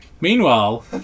Meanwhile